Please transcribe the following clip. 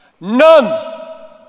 None